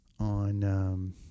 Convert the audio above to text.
on